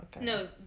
No